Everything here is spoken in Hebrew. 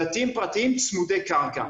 בתים פרטיים צמודי קרקע.